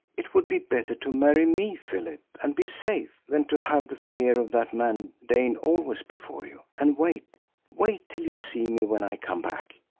it would be better to marry me, philip, and be safe, than to have the fear of that man dane always before you. and wait wait till you see me when i come back!